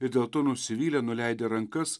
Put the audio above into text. ir dėl to nusivylę nuleidę rankas